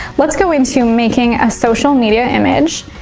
let's go into making a social media image.